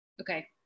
Okay